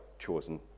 chosen